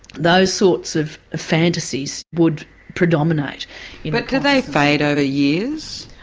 those sorts of fantasies would predominate. but do they fade over years?